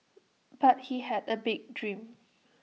but he had A big dream